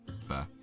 fair